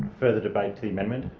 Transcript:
further debate to the amendment?